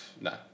no